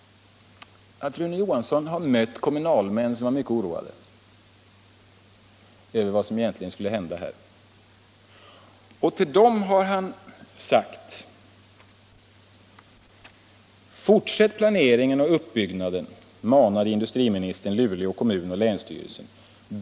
Industriministern mötte då kommunalmän som var mycket oroade över vad som egentligen skulle hända, och till dem sade Rune Johansson så här, står det i tidningen: ”Fortsätt planeringen och uppbyggnaden, manade industriministern Luleå kommun och länsstyrelsen.